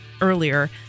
earlier